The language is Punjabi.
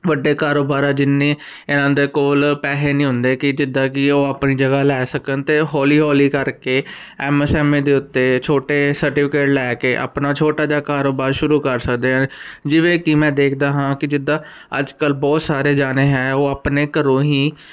ਵੱਡੇ ਕਾਰੋਬਾਰ ਆ ਜਿੰਨੇ ਦੇ ਕੋਲ ਪੈਸੇ ਨਹੀਂ ਹੁੰਦੇ ਕਿ ਜਿੱਦਾਂ ਕਿ ਉਹ ਆਪਣੀ ਜਗ੍ਹਾ ਲੈ ਸਕਣ ਤੇ ਹੌਲੀ ਹੌਲੀ ਕਰਕੇ ਐਮ ਐਸ ਐਮ ਏ ਦੇ ਉੱਤੇ ਛੋਟੇ ਸਰਟੀਫਿਕੇਟ ਲੈ ਕੇ ਆਪਣਾ ਛੋਟਾ ਜਿਹਾ ਕਾਰੋਬਾਰ ਸ਼ੁਰੂ ਕਰ ਸਕਦੇ ਹਨ ਜਿਵੇਂ ਕਿ ਮੈਂ ਦੇਖਦਾ ਹਾਂ ਕਿ ਜਿੱਦਾਂ ਅੱਜ ਕੱਲ ਬਹੁਤ ਸਾਰੇ ਜਾਣੇ ਹੈ ਉਹ ਆਪਣੇ ਘਰੋਂ ਹੀ